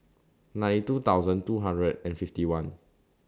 ninety two thousand two hundred and fifty one